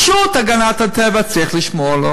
החברה להגנת הטבע, צריך לשמור,